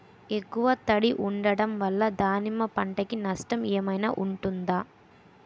ఎక్కువ తడి ఉండడం వల్ల దానిమ్మ పంట కి నష్టం ఏమైనా ఉంటుందా?